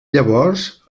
llavors